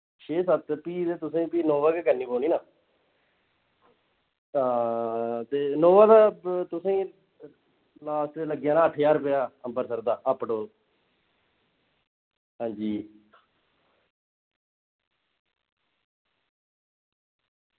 छे सत्त भी ते तुसें इनोवा गै करनी पौनी ना हां ते इनोवा दा तुसें ई लास्ट च लग्गी जाना अट्ठ ज्हार रपेआ अंबरसर दा अप डाउन हां जी